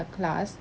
a class